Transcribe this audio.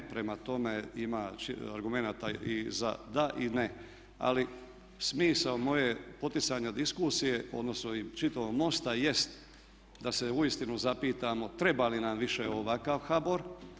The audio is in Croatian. Prema tome, ima argumenata i za da i ne, ali smisao moje poticanja diskusije, odnosno i čitavog MOST-a jest da se uistinu zapitamo treba li nam više ovakav HBOR.